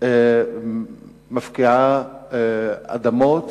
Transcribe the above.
מפקיעה אדמות